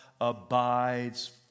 abides